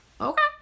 Okay